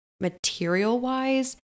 material-wise